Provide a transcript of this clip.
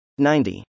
90